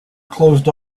closed